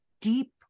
deep